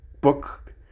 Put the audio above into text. book